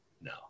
No